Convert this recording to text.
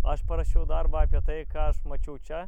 aš parašiau darbą apie tai ką aš mačiau čia